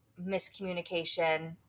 miscommunication